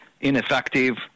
ineffective